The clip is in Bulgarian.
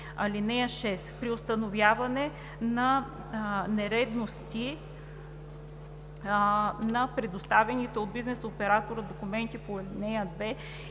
1. (6) При установяване на нередовности на предоставените от бизнес оператора документи по ал. 2